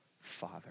father